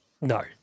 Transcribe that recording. No